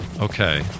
Okay